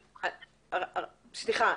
סליחה,